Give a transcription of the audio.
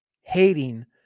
hating